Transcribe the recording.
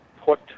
put